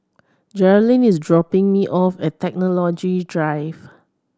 Jerrilyn is dropping me off at Technology Drive